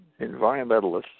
environmentalists